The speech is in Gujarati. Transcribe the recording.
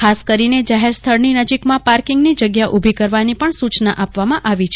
ખાસ કરીને જાહેર સ્થળની નજીકમાં પાર્કિંગની જગ્યા ઉભી કરવાની પણ સુચના આપવામાં આવી છે